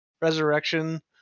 Resurrection